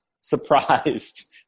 surprised